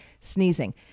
sneezing